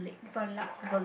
Valac